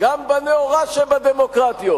גם בנאורה שבדמוקרטיות,